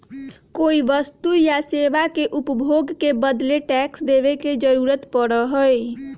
कोई वस्तु या सेवा के उपभोग के बदले टैक्स देवे के जरुरत पड़ा हई